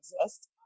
exist